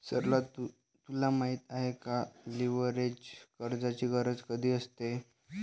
सरला तुला माहित आहे का, लीव्हरेज कर्जाची गरज कधी असते?